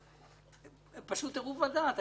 זה פשוט טירוף הדעת.